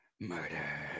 Murder